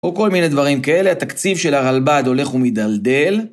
או כל מיני דברים כאלה, התקציב של הרלב"ד הולך ומדלדל.